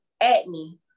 acne